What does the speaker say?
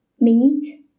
meat